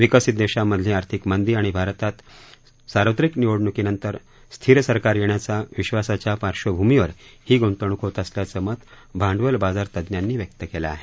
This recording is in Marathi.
विकसित देशांमधली आर्थिक मंदी आणि भारतात सार्वत्रिक निवडण्कीनंतर स्थीर सरकार येण्याचा विश्र्वासाच्या पार्श्वभूमीवर ही ग्ंतवणूक होत असल्याचं मत भांडवल बाजार तज्ञांनी व्यक्त केलं आहे